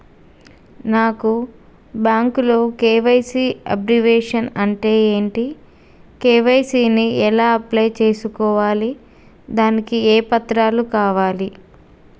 నాకు బ్యాంకులో KYC abbreviation అంటే ఏంటి కే.వై.సీ ని ఎలా అప్లై చేసుకోవాలి దానికి ఏ పత్రాలు కావాలి?